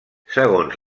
segons